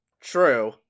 True